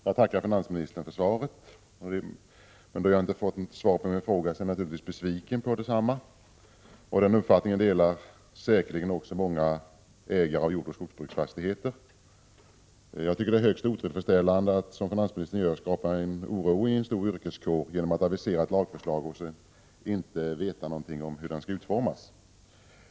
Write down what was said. Herr talman! Jag tackar finansministern för svaret. Då jag inte fått något besked är jag naturligtvis besviken. Det är säkerligen också många ägare av jordoch skogbruksfastigheter. Det är högst otillfredsställande att, som finansministern gör, skapa oro ii en stor yrkeskår genom att avisera ett lagförslag och inte säga något om hur det skall utformas.